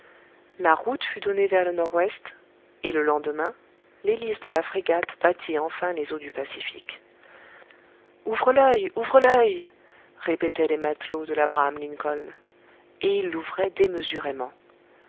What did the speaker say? la route fut donnée vers le nord-ouest et le lendemain l'hélice de la frégate battit enfin les eaux du pacifique ouvre l'oeil ouvre l'oeil répétaient les matelots de l abraham lincoln et ils l'ouvraient démesurément